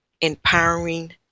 empowering